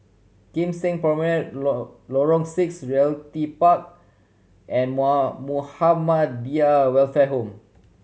Kim Seng Promenade Lorong Six Realty Park and Muhammadiyah Welfare Home